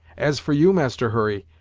as for you, master hurry,